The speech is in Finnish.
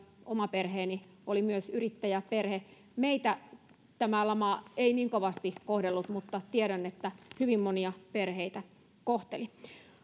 oma perheeni oli myös yrittäjäperhe meitä tämä lama ei niin kovasti kohdellut mutta tiedän että hyvin monia perheitä kohteli